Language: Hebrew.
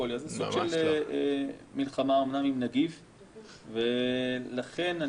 זה סוג של מלחמה אמנם עם נגיף ולכן אני